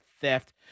theft